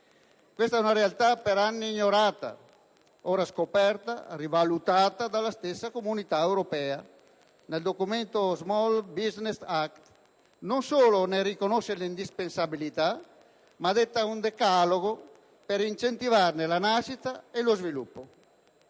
Questa è una realtà per anni ignorata, ora scoperta e rivalutata dalla stessa Comunità europea, che nello *Small Business Act* non solo ne riconosce l'indispensabilità, ma detta un decalogo per incentivarne la nascita e lo sviluppo.